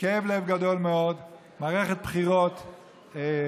בכאב לב גדול מאוד, מערכת בחירות פורייה,